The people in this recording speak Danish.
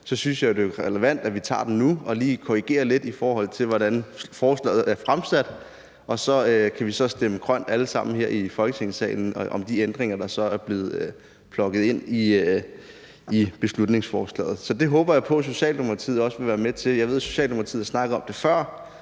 synes jeg det er relevant, at vi tager det nu og korrigerer det lidt i forhold til, hvordan forslaget er fremsat, og så kan vi så stemme grønt alle sammen her i Folketingssalen til de ændringer, der så er blevet plottet ind i beslutningsforslaget. Så det håber jeg på Socialdemokratiet også vil være med til. Jeg ved, Socialdemokratiet har snakket om det før